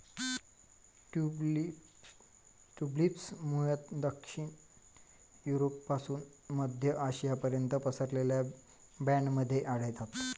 tulips मूळतः दक्षिण युरोपपासून मध्य आशियापर्यंत पसरलेल्या बँडमध्ये आढळतात